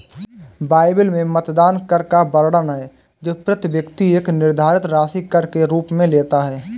Bible में मतदान कर का वर्णन है जो प्रति व्यक्ति एक निर्धारित राशि कर के रूप में लेता है